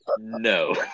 no